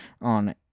on